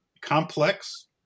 complex